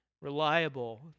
reliable